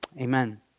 Amen